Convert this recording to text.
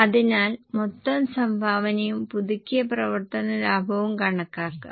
അതിനാൽ മൊത്തം സംഭാവനയും പുതുക്കിയ പ്രവർത്തന ലാഭവും കണക്കാക്കുക